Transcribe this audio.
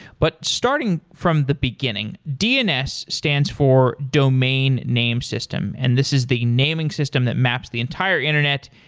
but starting from the beginning, dns stands for domain name system, and this is the naming system that maps the entire internet.